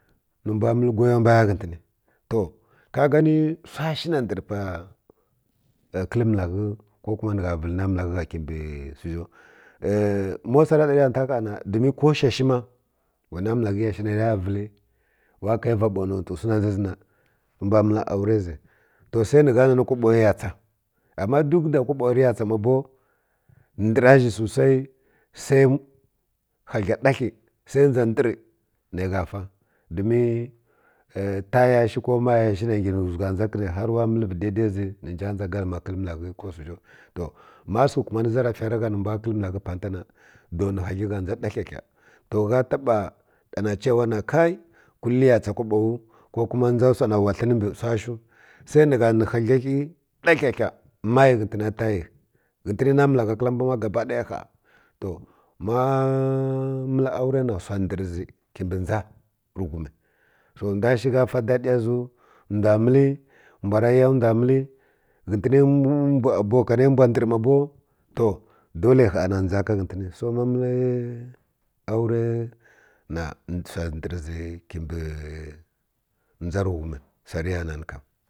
Ni mbw məl goyo baya ghətən to ka gani wsa shi na ndər pa kəl məlaghə ko kuma ni gha vəl namalaghəgha kibə wsi zhiw ma wsa ra da rə ya nta gha na domin ko shashi ma wa naməlaghəyashi na rə ya vəl wa kai va ba nontwi wsi na dʒa zi na rə mbw məl aure zi sai ni gha na ni kobo ya tsa amma duk da kobo rə ya tsa ma bow ndəra zhi sosai sai hadlə dathi sai dʒa ndən nə gha fa domin taya shiw ko maya shiw nə ngə ni zwigə dʒa kəni how wa məl vi dai dai zi ni nja dʒa kəlma kəl məlaghə ko wsi zho to ma səkə kumari zarafi ra gha ni mbw kəl məlghə pa nfa na dow ni hadlə gha dʒa ɗa hə hə to gha taba na ce wa ha kai kul rə ya tsa kobo ko kuma dʒa wsi ne wa hən mbi wsa shiw sai ni gha ni hadlə ghə ɗahə hə mayi ghətə na tayi ghətən naməlagha kəl mbw ma ha to mma mel aure na wsa ndər zi kibi dʒa tə ghumi so ndw shi gha fa daɗiya ziw ndw məl ndw ra ya ndw məl ghətən abokani mbw ndər ma bow to dole gha na dʒa ka ghətən so ma məl aure na wsa ndər zi kimbi dʒa rə ghum wsa rəya nani.